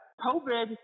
COVID